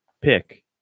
pick